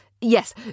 Yes